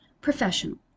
Professional